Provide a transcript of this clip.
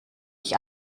ich